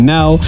Now